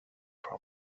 for